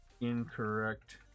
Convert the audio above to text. incorrect